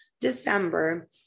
December